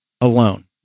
alone